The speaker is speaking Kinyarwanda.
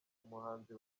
umuhanzi